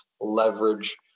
leverage